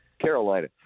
Carolina